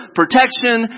protection